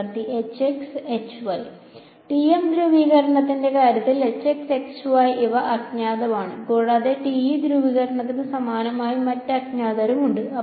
വിദ്യാർത്ഥി TM ധ്രുവീകരണത്തിന്റെ കാര്യത്തിൽ ഇവ അജ്ഞാതമാണ് കൂടാതെ TE ധ്രുവീകരണത്തിന് സമാനമായി മറ്റ് അജ്ഞാതരും ഉണ്ട്